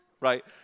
right